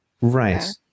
Right